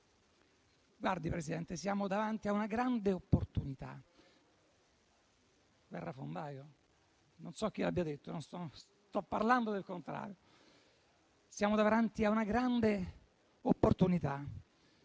Signor Presidente, siamo davanti a una grande opportunità.